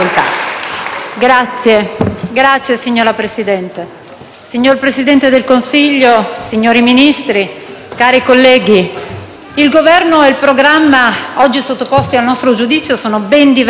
*(FI-BP)*. Signor Presidente, signor Presidente del Consiglio, signori Ministri, cari colleghi, il Governo e il programma oggi sottoposti al nostro giudizio sono ben diversi